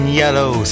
yellow